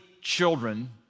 children